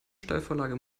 steilvorlage